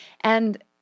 And-